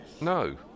No